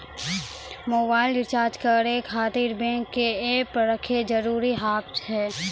Mobile recharge करे खातिर bank के ऐप रखे जरूरी हाव है?